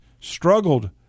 struggled